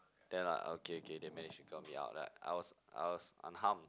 then like okay okay they managed to got me out like I was I was unharmed